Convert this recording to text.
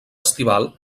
estival